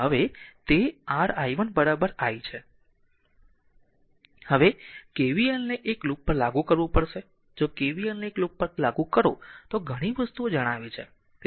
હવે KVL ને એક લૂપ પર લાગુ કરવું જો KVL ને એક લૂપ પર લાગુ કરો તો ઘણી વસ્તુઓ જણાવી છે